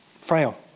frail